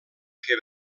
que